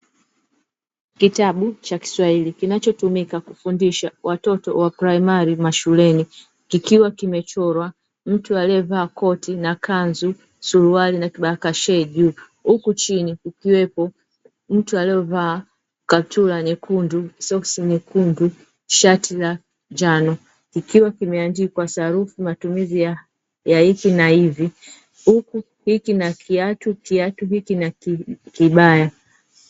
Kitabu cha kiswahili kinachotumika kufundisha watoto wa shule ya msingi kikiwa kimechorwa mtu alievaa koti na kanzu, suruali na kofia juu, huku chini kukiwepo mtu alie vaa kaptula nyekundu, soksi nyekundu na shati la njano huku kikiwa kimeandikwa sarufi matumizi ya hiki na hivi, huku, hiki na kiatu, kiatu hiki na kibaya.